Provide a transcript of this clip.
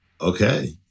Okay